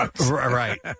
Right